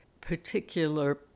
particular